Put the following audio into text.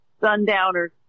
Sundowners